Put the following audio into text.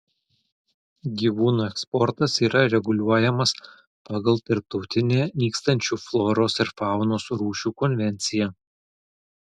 gyvūnų eksportas yra reguliuojamas pagal tarptautinę nykstančių floros ir faunos rūšių konvenciją